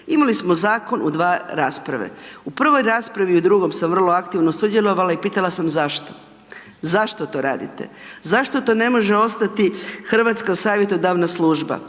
Imali smo zakon u dva rasprave, u prvoj raspravi i drugoj sam vrlo aktivno sudjelovala i pitala sam zašto, zašto to radite, zašto to ne može ostati Hrvatska savjetodavna služba,